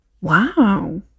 Wow